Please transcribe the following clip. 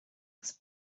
agus